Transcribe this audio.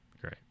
Great